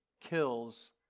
kills